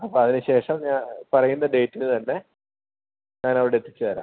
അപ്പോൾ അതിന് ശേഷം പറയുന്ന ഡേറ്റിന് തന്നെ ഞാൻ അവിടെ എത്തിച്ചു തരാം